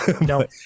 No